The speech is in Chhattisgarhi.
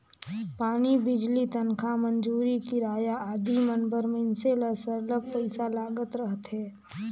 पानी, बिजली, तनखा, मंजूरी, किराया आदि मन बर मइनसे ल सरलग पइसा लागत रहथे